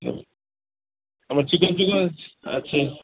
ਅੱਛਾ